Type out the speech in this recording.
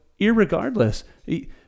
irregardless